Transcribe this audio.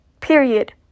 Period